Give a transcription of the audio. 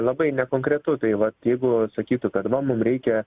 labai nekonkretu tai vat jeigu sakytų kad va mum reikia